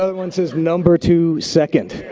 ah one says, number two second.